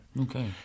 Okay